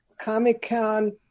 Comic-Con